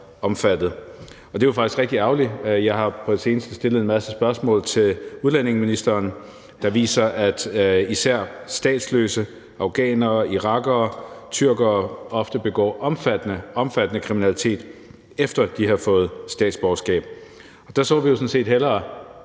omfattet. Det er jo faktisk rigtig ærgerligt. Jeg har på det seneste stillet en masse spørgsmål til udlændingeministeren, der viser, at især statsløse, afghanere, irakere og tyrkere ofte begår omfattende kriminalitet, efter de har fået statsborgerskab. Der så vi jo sådan set hellere,